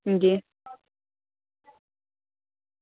अंजी